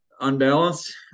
unbalanced